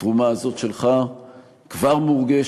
התרומה הזאת שלך כבר מורגשת,